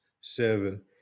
seven